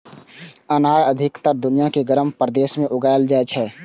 अनार अधिकतर दुनिया के गर्म प्रदेश मे उगाएल जाइ छै